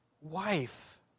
wife